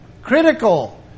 Critical